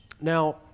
now